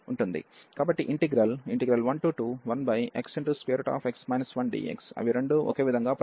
కాబట్టి integral 121xx 1dx అవి రెండూ ఒకే విధంగా ప్రవర్తిస్తాయి